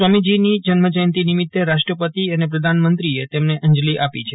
સ્વામીજીની જન્મજયંતી નિમિત્તે રાષ્ટ્રપતિ અને પ્રધાનમંત્રીએ તેમને અંજલી આપી છે